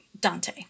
Dante